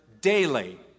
daily